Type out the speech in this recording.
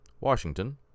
Washington